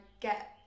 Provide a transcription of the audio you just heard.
get